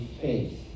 faith